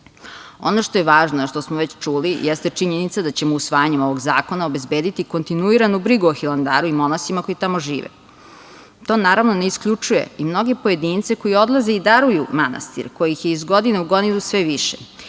što je važno a što smo već čuli jeste činjenica da ćemo usvajanjem ovog zakona obezbediti kontinuiranu brigu o Hilandaru i monasima koji tamo žive. To naravno ne isključuje i mnoge pojedince koji odlaze i daruju manastir, kojih je iz godine u godinu sve